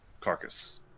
carcass